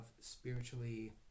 spiritually